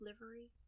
livery